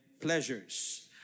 pleasures